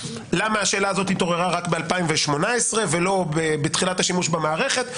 למה השאלה הזאת התעוררה רק ב-2018 ולא בתחילת השימוש במערכת?